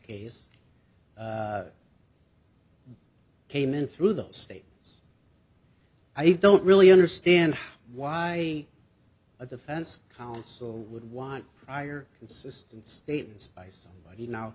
case came in through the state i don't really understand how why a defense counsel would want prior consistent statements by